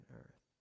earth